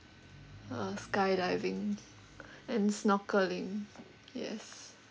uh skydiving and snorkelling yes